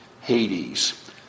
Hades